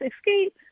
Escape